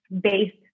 based